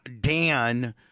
Dan